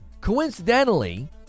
coincidentally